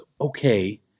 okay